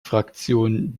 fraktion